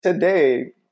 Today